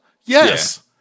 Yes